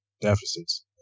deficits